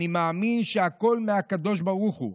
אני מאמין שהכול מהקדוש ברוך הוא.